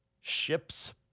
ships